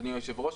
אדוני היושב-ראש,